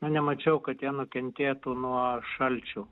na nemačiau kad jie nukentėtų nuo šalčio